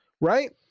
Right